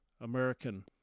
American